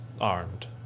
armed